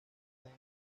dame